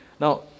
now